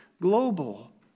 global